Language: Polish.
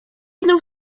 znów